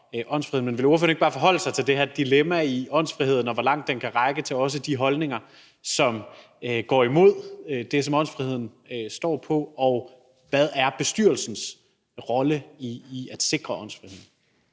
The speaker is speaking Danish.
Men vil ordføreren ikke bare forholde sig til det her dilemma i åndsfriheden, og hvor langt den også kan række til de holdninger, som går imod det, som åndsfriheden står på? Og hvad er bestyrelsens rolle i at sikre åndsfriheden?